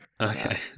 okay